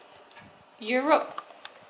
europe